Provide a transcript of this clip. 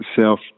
self